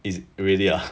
is already ah